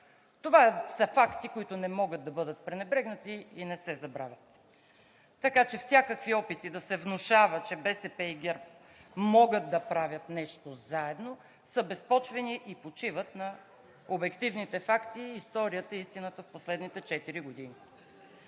Това са факти, които не могат да бъдат пренебрегнати и не се забравят. Така че всякакви опити да се внушава, че БСП и ГЕРБ могат да правят нещо заедно, са безпочвени и не почиват на обективните факти, историята и истината в последните четири години.